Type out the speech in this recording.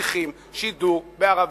אנחנו צריכים שידור בערבית,